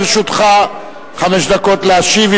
לרשותך חמש דקות להשיב,